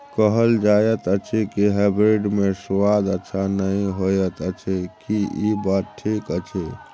कहल जायत अछि की हाइब्रिड मे स्वाद अच्छा नही होयत अछि, की इ बात ठीक अछि?